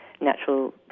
natural